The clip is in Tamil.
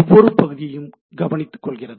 ஒவ்வொரு பகுதியையும் கவனித்துக்கொள்கிறது